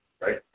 right